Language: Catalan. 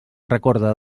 recorda